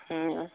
ହୁଁ